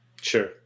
Sure